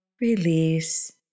release